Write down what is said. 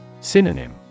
Synonym